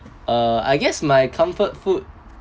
uh I guess my comfort food